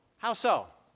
how so?